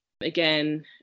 again